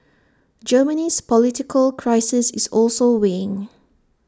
Germany's political crisis is also weighing